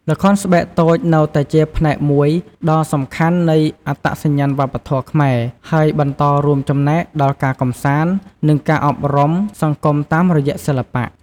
ល្ខោនស្បែកតូចនៅតែជាផ្នែកមួយដ៏សំខាន់នៃអត្តសញ្ញាណវប្បធម៌ខ្មែរ ហើយបន្តរួមចំណែកដល់ការកម្សាន្ត និងការអប់រំសង្គមតាមរយៈសិល្បៈ។